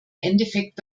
endeffekt